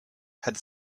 had